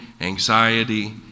anxiety